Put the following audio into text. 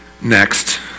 next